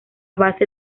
base